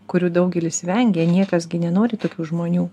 kurių daugelis vengia niekas gi nenori tokių žmonių